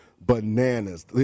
bananas